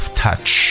touch